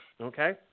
okay